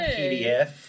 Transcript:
pdf